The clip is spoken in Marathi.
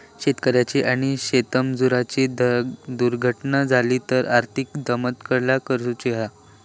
शेतकऱ्याची आणि शेतमजुराची दुर्घटना झाली तर आर्थिक मदत काय करूची हा?